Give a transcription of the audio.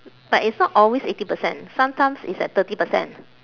but it's not always eighty percent sometimes it's at thirty percent